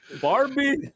barbie